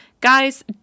guys